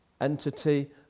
entity